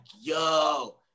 Yo